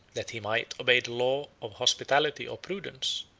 that he might obey the laws of hospitality or prudence,